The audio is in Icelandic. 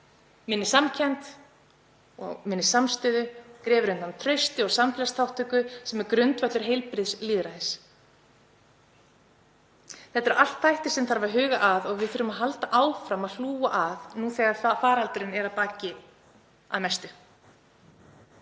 minni samkennd og samstöðu, grefur undan trausti og samfélagsþátttöku sem er grundvöllur heilbrigðs lýðræðis. Þetta eru allt þættir sem þarf að huga að og við þurfum að halda áfram að hlúa að nú þegar faraldurinn er að baki að mestu.